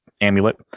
amulet